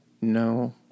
no